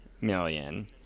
million